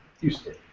Houston